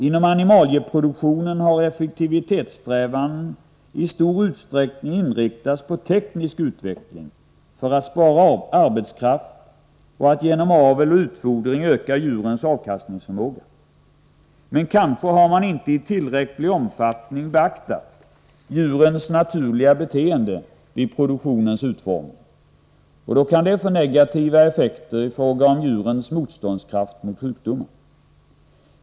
Inom animalieproduktionen har effektivitetssträvandena i stor utsträckning inriktats på teknisk utveckling för att spara arbetskraft och för att genom avel och utfodring öka djurens avkastningsförmåga. Men kanske man inte vid produktionens utformning har beaktat djurens naturliga beteende i tillräcklig omfattning. Det kan då få negativa effekter i fråga om djurens motståndskraft mot sjukdomar.